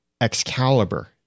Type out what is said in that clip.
Excalibur